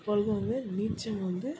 எப்பொழுதும் வந்து நீச்சல் வந்து